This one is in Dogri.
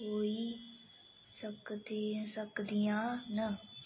होई सकदियां न